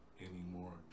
anymore